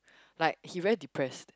like he very depressed